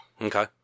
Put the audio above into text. okay